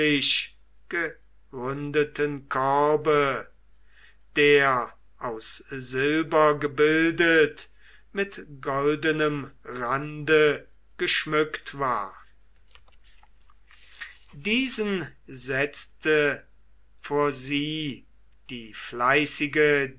länglichgeründeten korbe der aus silber gebildet mit goldenem rande geschmückt war diesen setzte vor sie die fleißige